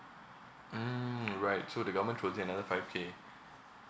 mm right so the government puts in another five K